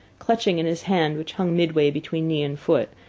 clutching in his hand, which hung midway between knee and foot,